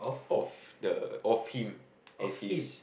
of the of him as his